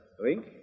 drink